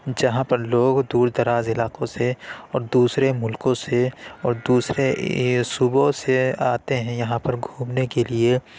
جہاں پر لوگ دور دراز علاقوں سے اور دوسرے ملکوں سے اور دوسرے صوبوں سے آتے ہیں یہاں پر گھومنے کے لیے